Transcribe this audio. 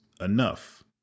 enough